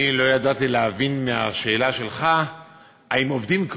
אני לא ידעתי להבין מהשאלה שלך האם עובדים כבר.